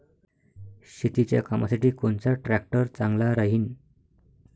शेतीच्या कामासाठी कोनचा ट्रॅक्टर चांगला राहीन?